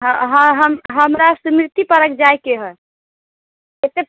हँ हँ हम हमरा समिति पार्क जाइके हय कते